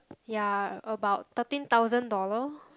ya about thirteen thousand dollar